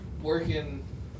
working